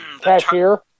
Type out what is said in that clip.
Cashier